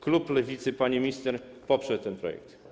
Klub Lewicy, pani minister, poprze ten projekt.